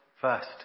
first